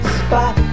spot